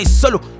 solo